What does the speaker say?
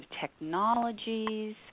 technologies